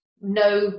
no